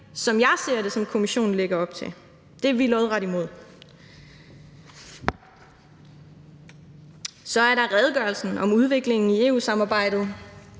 som jeg ser det – som Kommissionen lægger op til. Det er vi lodret imod. Så er der redegørelsen om udviklingen i EU-samarbejdet.